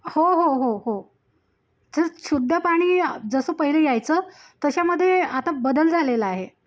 हो हो हो हो जर शुद्ध पाणी जसं पहिले यायचं तशामध्ये आता बदल झालेला आहे